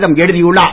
தம் எழுதியுள்ளார்